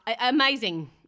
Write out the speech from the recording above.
amazing